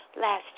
last